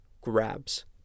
grabs